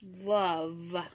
Love